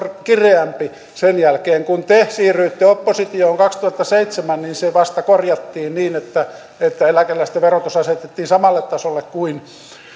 kireämpi kun te siirryitte oppositioon kaksituhattaseitsemän se vasta korjattiin niin että että eläkeläisten verotus asetettiin samalle tasolle kuin